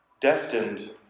destined